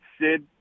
Sid